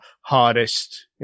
hardest